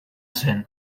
zen